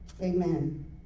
Amen